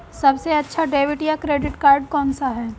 सबसे अच्छा डेबिट या क्रेडिट कार्ड कौन सा है?